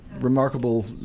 remarkable